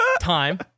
time